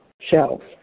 shelves